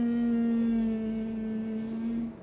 um